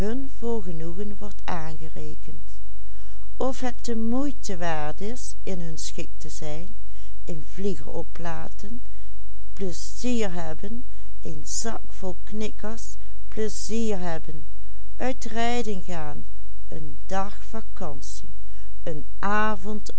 waard is in hun schik te zijn een vlieger oplaten plezier hebben een zak vol knikkers plezier hebben uit rijden gaan een dag